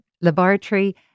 Laboratory